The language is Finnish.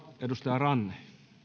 edustaja ranne